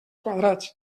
quadrats